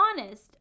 honest